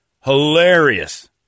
Hilarious